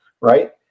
right